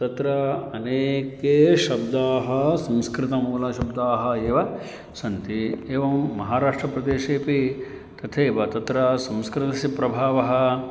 तत्र अनेके शब्दाः संस्कृतमूलशब्दाः एव सन्ति एवं महाराष्ट्रप्रदेशेपि तथैव तत्र संस्कृतस्य प्रभावः